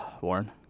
Warren